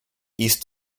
east